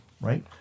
right